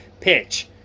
pitch